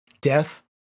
death